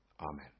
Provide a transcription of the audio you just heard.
Amen